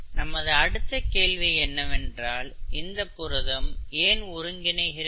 நமது அடுத்த கேள்வி என்னவென்றால் இந்த புரதம் ஏன் ஒருங்கிணைக்கிறது